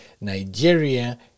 Nigeria